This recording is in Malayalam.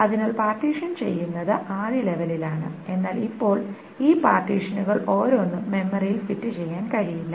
അതിനാൽ പാർട്ടീഷൻ ചെയ്യുന്നത് ആദ്യ ലെവലിലാണ് എന്നാൽ ഇപ്പോൾ ഈ പാർട്ടീഷനുകൾ ഓരോന്നും മെമ്മറിയിൽ ഫിറ്റ് ചെയ്യാൻ കഴിയില്ല